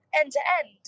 end-to-end